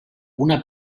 una